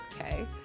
Okay